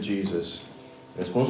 Jesus